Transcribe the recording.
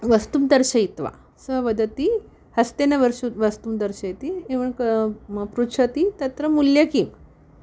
वस्तु दर्शयित्वा सः वदति हस्तेन वर्षुद् वस्तु दर्शयति एवं पृच्छति तत्र मूल्यं किम्